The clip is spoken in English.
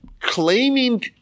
claiming